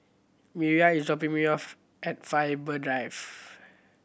Mireya is dropping me off at Faber Drive